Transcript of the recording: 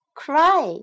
cry